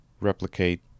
replicate